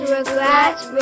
Regrets